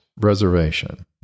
reservation